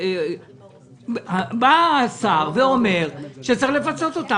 בא השר ואומר שצריך לפצות אותם.